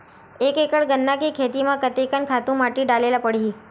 एक एकड़ गन्ना के खेती म कते कन खातु माटी डाले ल पड़ही?